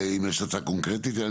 אני